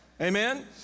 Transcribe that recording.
amen